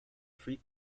free